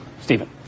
Stephen